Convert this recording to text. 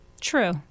True